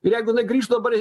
ir jeigu jinai grįš dabar